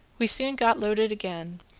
we soon got loaded again,